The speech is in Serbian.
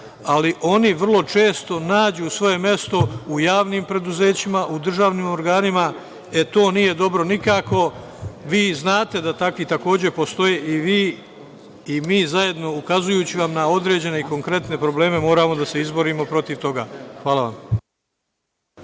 ali oni vrlo često nađu svoje mesto u javnim preduzećima, u državnim organima, e to nije dobro nikako. Vi znate da takvi postoje i vi i mi zajedno ukazujući vam na određene i konkretne probleme moramo da se izborimo protiv toga. Hvala.